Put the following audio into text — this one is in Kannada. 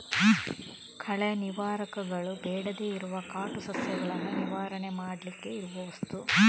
ಕಳೆ ನಿವಾರಕಗಳು ಬೇಡದೇ ಇರುವ ಕಾಟು ಸಸ್ಯಗಳನ್ನ ನಿವಾರಣೆ ಮಾಡ್ಲಿಕ್ಕೆ ಇರುವ ವಸ್ತು